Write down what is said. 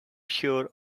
sure